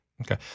Okay